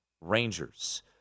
Rangers